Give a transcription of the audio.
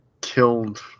killed